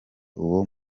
uwo